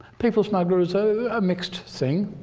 people smugglers are a mixed thing